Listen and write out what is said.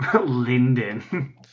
Linden